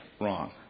Wrong